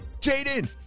Jaden